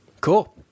Cool